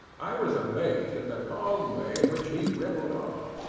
i was amazed at the calm way in which he rippled on.